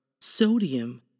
sodium